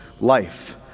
life